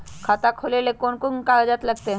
खाता खोले ले कौन कौन कागज लगतै?